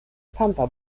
pampa